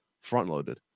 front-loaded